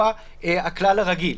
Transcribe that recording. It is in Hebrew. הכלל הרגיל,